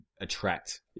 attract